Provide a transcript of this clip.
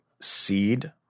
seed